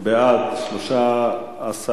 התרבות והספורט נתקבלה.